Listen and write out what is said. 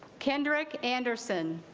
kendrick anderson